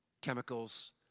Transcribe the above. Chemicals